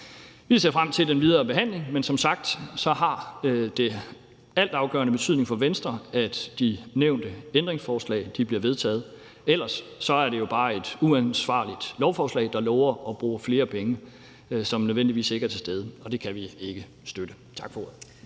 Vi ser frem til den videre behandling, men som sagt har det altafgørende betydning for Venstre, at de nævnte ændringsforslag bliver vedtaget, for ellers er det jo bare et uansvarligt lovforslag, der lover at bruge flere penge, som ikke nødvendigvis er til stede, og det kan vi ikke støtte. Tak for ordet.